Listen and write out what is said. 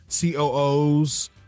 COOs